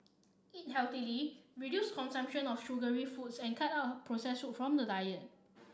eat healthily reduce consumption of sugary foods and cut out processed food from the diet